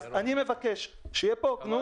אני מבקש, שתהיה פה הוגנות.